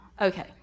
Okay